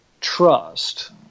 trust